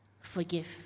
forgive